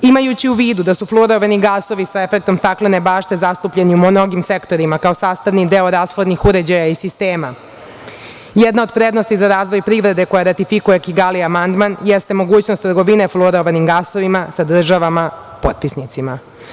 Imajući u vidu da su fluorovani gasovi sa efektom staklene bašte zastupljeni u mnogim sektorima, kao sastavni deo rashladnih uređaja i sistema, jedna od prednosti za razvoj privrede koja ratifikuje Kigali amandman, jeste mogućnost trgovine fluorovanim gasovima sa državama potpisnicima.